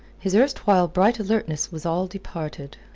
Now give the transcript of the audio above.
his erstwhile bright alertness was all departed.